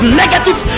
negative